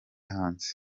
hanze